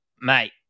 Mate